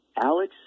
Alex